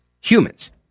humans